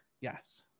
yes